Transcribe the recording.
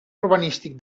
urbanístic